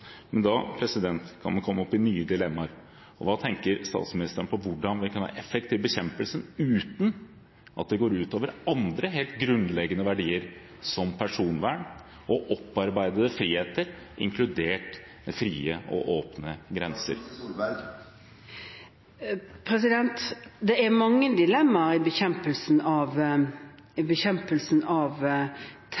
Men da kan man komme opp i nye dilemmaer. Hva tenker statsministeren med hensyn til hvordan vi kan være effektive i bekjempelsen uten at det går ut over andre helt grunnleggende verdier, som personvern og opparbeidede friheter, inkludert frie og åpne grenser? Det er mange dilemmaer i bekjempelsen av